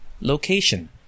Location